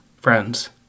friends